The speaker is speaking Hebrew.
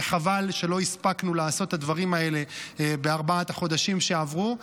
וחבל שלא הספקנו לעשות את הדברים האלה בארבעת החודשים שעברו,